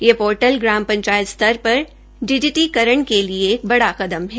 यह पोर्टल ग्राम पंचायत स्तर पर डिजिटीकरण के लिए एक बड़ा कदम है